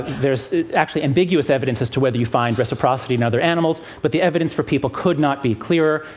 there's actually ambiguous evidence as to whether you find reciprocity in other animals, but the evidence for people could not be clearer.